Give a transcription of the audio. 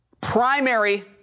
primary